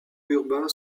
urbains